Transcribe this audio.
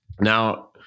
Now